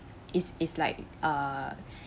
is is like a